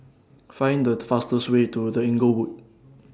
Find The fastest Way to The Inglewood